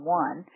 one